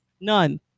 None